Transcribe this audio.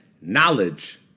knowledge